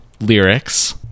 lyrics